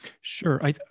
Sure